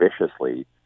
viciously